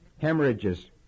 hemorrhages